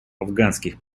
афганских